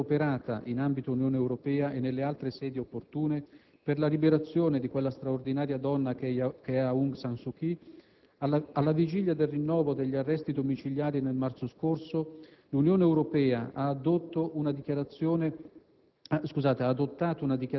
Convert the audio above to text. L'Italia si è costantemente adoperata in ambito UE e nelle altre sedi opportune per la liberazione di quella straordinaria donna che è Aung San Suu Kyi. Alla vigilia del rinnovo degli arresti domiciliari nel maggio scorso, l'Unione Europea ha adottato una dichiarazione